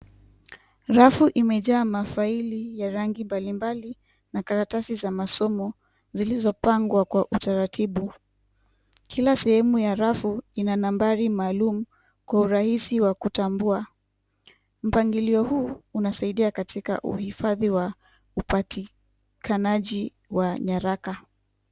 Rafu imejaa mafaili ya rangi mbalimbali na karatasi za masomo, zilizopangwa kwa utaratibu. Kila sehemu ya rafu ina nambari maalum kwa urahisi wa kutambua. Mpangilio huu, unasaidia katika uhifadhi wa upatikanaji wa nyaraka.